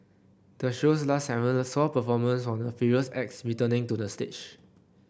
the show's last segment saw performers from the previous acts returning to the stage